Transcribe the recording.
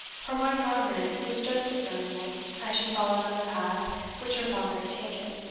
her white garment was just discernible as she followed on the path which her father had taken.